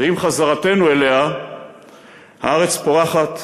ועם חזרתנו אליה הארץ פורחת,